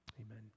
Amen